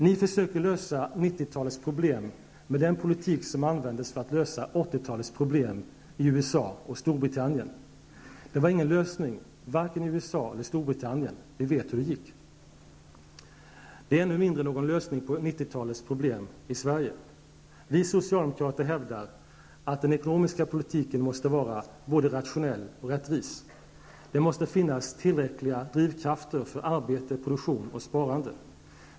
Ni försöker lösa 90-talets problem med den politik som användes för att lösa 80-talets problem i USA och Storbritannien. Det var ingen lösning vare sig i USA eller i Storbritannien. Vi vet hur det gick. Det är ännu mindre någon lösning på 90-talets problem i Sverige. Vi socialdemokrater hävdar att den ekonomiska politiken måste vara både rationell och rättvis. Det måste finnas tillräckliga drivkrafter för arbete, produktion och sparande.